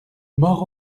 mort